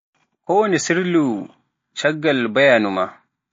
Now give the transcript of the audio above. Ko woni sirlu caggal bayaanu maa?